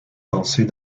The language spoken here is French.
pensée